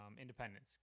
Independence